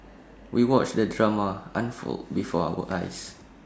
we watched the drama unfold before our eyes